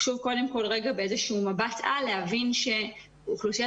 חשוב קודם כול במבט-על להבין שאוכלוסיית